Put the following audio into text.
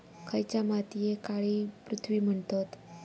खयच्या मातीयेक काळी पृथ्वी म्हणतत?